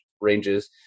ranges